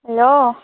hello